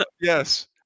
Yes